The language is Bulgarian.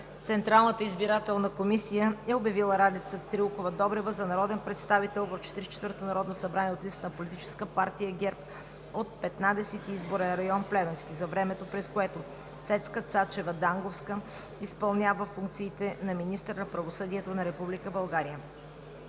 Централната избирателна комисия е обявила Ралица Трилкова Добрева за народен представител в 44-то Народно събрание от листата на политическа партия ГЕРБ, от Петнадесети изборен район – Плевенски, за времето, през което Цецка Цачева Данговска изпълнява функциите на министър на правосъдието на Република България.